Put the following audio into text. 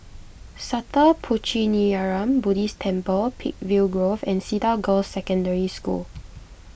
Sattha Puchaniyaram Buddhist Temple Peakville Grove and Cedar Girls' Secondary School